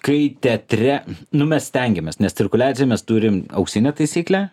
kai teatre nu mes stengiamės nes cirkuliacijoj mes turim auksinę taisyklę